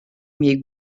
miei